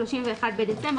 31 בדצמבר,